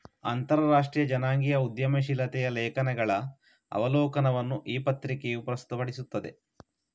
ಅಂತರರಾಷ್ಟ್ರೀಯ ಜನಾಂಗೀಯ ಉದ್ಯಮಶೀಲತೆಯ ಲೇಖನಗಳ ಅವಲೋಕನವನ್ನು ಈ ಪತ್ರಿಕೆಯು ಪ್ರಸ್ತುತಪಡಿಸುತ್ತದೆ